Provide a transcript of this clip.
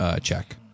check